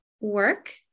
work